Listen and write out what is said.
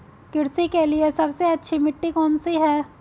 कृषि के लिए सबसे अच्छी मिट्टी कौन सी है?